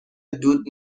دود